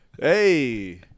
hey